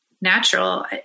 natural